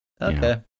Okay